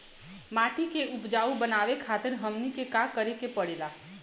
माटी के उपजाऊ बनावे खातिर हमनी के का करें के पढ़ेला?